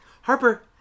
Harper